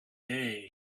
day